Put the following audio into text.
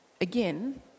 again